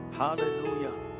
hallelujah